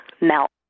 melt